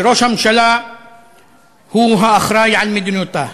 שראש הממשלה הוא האחראי למדיניותה,